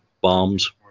bombs